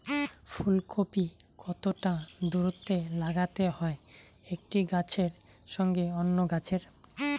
ফুলকপি কতটা দূরত্বে লাগাতে হয় একটি গাছের সঙ্গে অন্য গাছের?